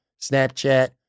Snapchat